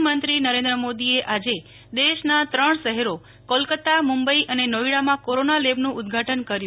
પ્રધાનમંત્રી મોદી દેશના ત્રણ શહેરો કોલકાતા મુંબઈ અને નોઈડામાં કોરોના લેબનું ઉદઘાટન કર્યું